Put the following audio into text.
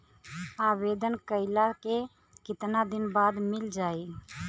आवेदन कइला के कितना दिन बाद मिल जाई?